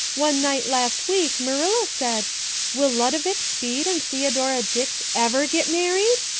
one night last week marilla said will ludovic speed and theodora dix ever get married?